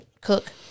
Cook